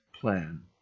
plan